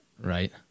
right